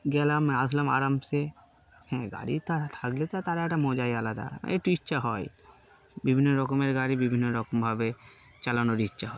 গেলাম আসলাম আরামসে হ্যাঁ গাড়ি তা থাকলে তো তারা একটা মজাই আলাদা একটু ইচ্ছা হয় বিভিন্ন রকমের গাড়ি বিভিন্ন রকমভাবে চালানোর ইচ্ছা হয়